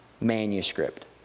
manuscript